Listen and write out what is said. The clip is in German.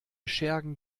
schergen